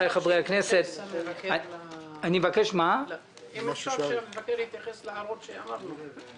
אם אפשר שהמבקר התייחס להערות שהערנו.